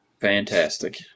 fantastic